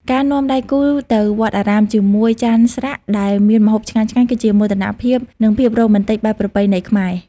ការនាំដៃគូទៅ "វត្ដអារាម" ជាមួយចានស្រាក់ដែលមានម្ហូបឆ្ងាញ់ៗ គឺជាមោទនភាព និងភាពរ៉ូមែនទិកបែបប្រពៃណីខ្មែរ។